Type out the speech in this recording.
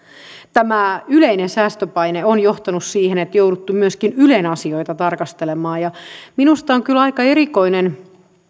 tämä yleinen säästöpaine on johtanut siihen että on jouduttu myöskin ylen asioita tarkastelemaan minusta on kyllä aika erikoinen